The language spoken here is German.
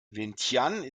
vientiane